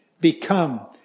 Become